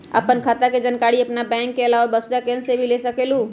आपन खाता के जानकारी आपन बैंक के आलावा वसुधा केन्द्र से भी ले सकेलु?